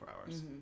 hours